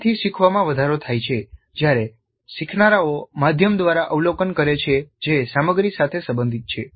પ્રદર્શનથી શીખવામાં વધારો થાય છે જ્યારે શીખનારાઓ માધ્યમ દ્વારા અવલોકન કરે છે જે સામગ્રી સાથે સંબંધિત છે